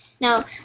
Now